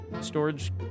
storage